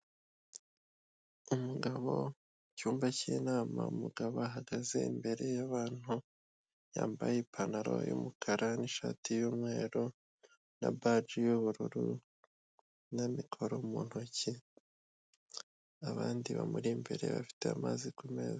Umugabo mu cyumba cy'inama umugabo ahagaze imbere y'abantu, yambaye ipantaro y'umukara n'ishati y'umweru na baji y'ubururu na mikoro mu ntoki, abandi bamuri imbere bafite amazi ku meza.